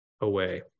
away